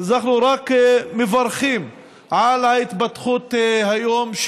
אנחנו רק מברכים על ההתפתחות היום.